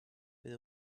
with